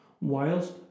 whilst